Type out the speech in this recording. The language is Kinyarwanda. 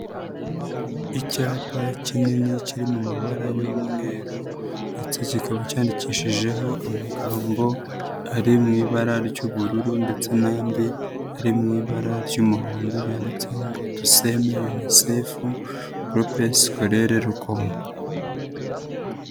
Icyapa kinini kiri mu mabara y'umweru ndetse kikaba cyandikishijeho amagambo ari mu ibara ry'ubururu ndetse n'andi ari mu ibara ry'umuhondo yanditseho ngo tuseme UNCEF Groupe Scolaire Rukomo.